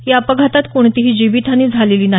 या अपघातात कोणतीही जिवीतहानी झालेली नाही